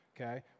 Okay